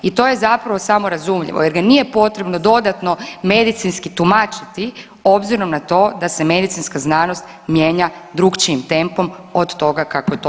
I to je zapravo samorazumljivo jer ga nije potrebno dodatno medicinski tumačiti obzirom na to da se medicinska znanost mijenja drukčijim tempom od toga kako to prate zakoni.